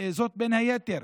בין היתר,